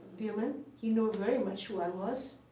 biermann. he knew very much who i was,